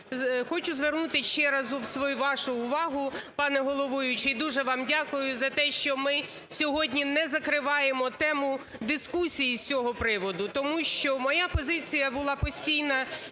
хочу звернути ще раз вашу увагу, пане головуючий, дуже вам дякую за те, що ми сьогодні не закриваємо тему дискусії з цього приводу. Тому що моя позиція була постійна